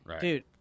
Dude